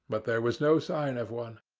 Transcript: but there was no sign of one.